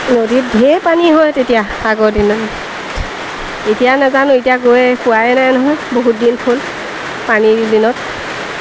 নদীত ঢেৰ পানী হয় তেতিয়া আগৰ দিনত এতিয়া নেজানো এতিয়া গৈ পোৱাই নাই নহয় বহুত দিন হ'ল পানীৰ দিনত